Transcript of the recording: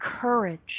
courage